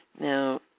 now